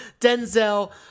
Denzel